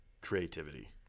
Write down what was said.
creativity